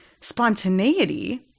spontaneity